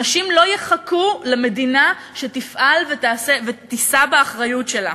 אנשים לא יחכו למדינה שתפעל ותישא באחריות שלה.